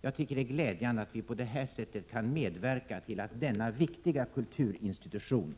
Jag tycker det är glädjande att vi på det här sättet kan medverka till att denna viktiga kulturinstitution